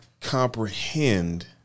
comprehend